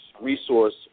resource